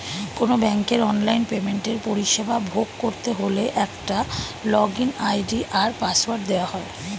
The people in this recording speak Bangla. কোনো ব্যাংকের অনলাইন পেমেন্টের পরিষেবা ভোগ করতে হলে একটা লগইন আই.ডি আর পাসওয়ার্ড দেওয়া হয়